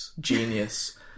genius